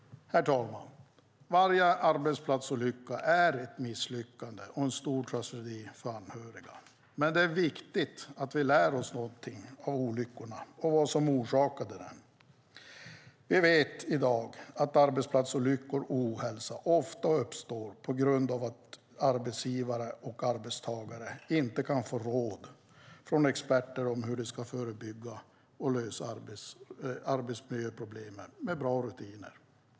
Herr talman! Varje arbetsplatsolycka är ett misslyckande och en stor tragedi för anhöriga. Men det är viktigt att vi lär oss någonting av olyckorna och vad som orsakar dem. Vi vet i dag att arbetsolyckor och ohälsa ofta uppstår på grund av att arbetsgivare och arbetstagare inte kan få råd från experter om hur de ska förebygga och lösa arbetsmiljöproblemen med bra rutiner.